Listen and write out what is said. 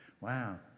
Wow